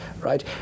right